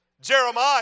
Jeremiah